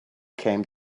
came